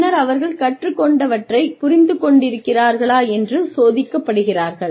பின்னர் அவர்கள் கற்றுக் கொண்டவற்றைப் புரிந்து கொண்டிருக்கிறார்கள் என்று சோதிக்கப்படுகிறார்கள்